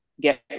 get